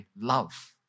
love